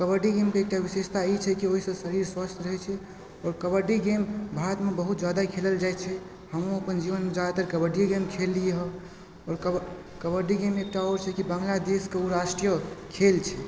कबड्डी गेमके विशेषता ई छै कि शरीर स्वस्थ्य रहै छै आोर कबड्डी गेम भारतमे बहुत जादा खेलल जाइ छै हमहुँ अपन जीवनमे जादातर कबड्डीये गेम खेलली हँ आओर कबड्डी गेम छै कि बांग्लादेशके ओ राष्ट्रीय खेल छै